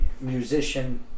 musician